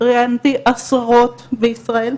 ראיינתי עשרות בישראל,